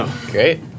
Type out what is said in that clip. Great